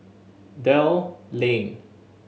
Dell Lane